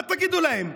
מה תגידו להם,